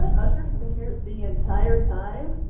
ah usher has been here the entire time?